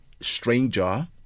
stranger